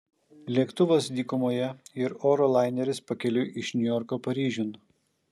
lėktuvas dykumoje ir oro laineris pakeliui iš niujorko paryžiun